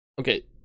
Okay